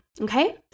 okay